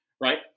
Right